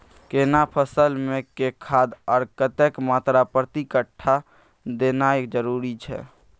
केना फसल मे के खाद आर कतेक मात्रा प्रति कट्ठा देनाय जरूरी छै?